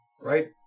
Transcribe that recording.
right